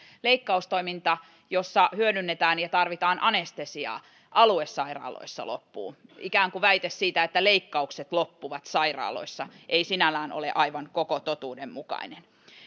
leikkaustoiminta jossa hyödynnetään ja tarvitaan anestesiaa aluesairaaloissa loppuu ikään kuin väite siitä että leikkaukset loppuvat sairaaloissa ei sinällään ole aivan koko totuuden mukainen